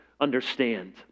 understand